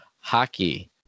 hockey